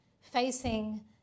facing